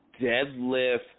deadlift